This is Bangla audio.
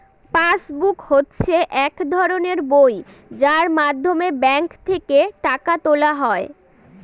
পাস বুক হচ্ছে এক ধরনের বই যার মাধ্যমে ব্যাঙ্ক থেকে টাকা তোলা হয়